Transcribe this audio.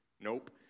Nope